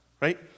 right